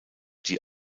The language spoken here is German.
die